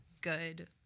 good